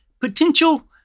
potential